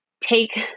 take